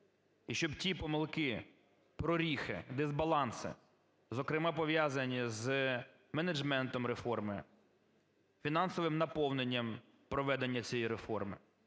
І, щоб ті помилки, проріхи, дисбаланси, зокрема, пов'язані з менеджментом реформи, фінансовим наповненням, проведенням цієї реформи,